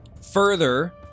further